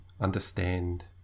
understand